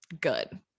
good